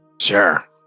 Sure